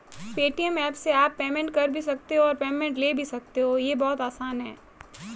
Paytm app से आप payment कर भी सकते हो और पेमेंट ले भी सकते हो, ये बहुत आसान है